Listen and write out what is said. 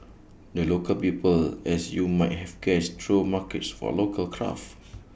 the local people as you might have guessed throw markets for local crafts